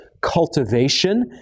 cultivation